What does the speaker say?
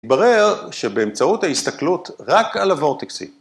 ברר שבאמצעות ההסתכלות רק על הוורטקסים.